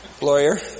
lawyer